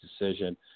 decision